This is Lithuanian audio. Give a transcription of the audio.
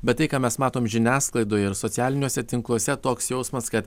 bet tai ką mes matom žiniasklaidoj ir socialiniuose tinkluose toks jausmas kad